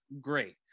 great